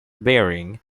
baring